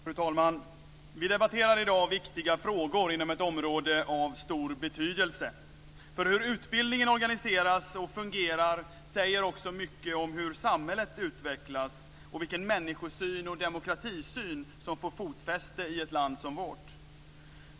Fru talman! Vi debatterar i dag viktiga frågor inom ett område av stor betydelse. För hur utbildningen organiseras och fungerar säger också mycket om hur samhället utvecklas och vilken människosyn och demokratisyn som får fotfäste i ett land som vårt.